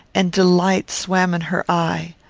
and delight swam in her eye.